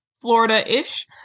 Florida-ish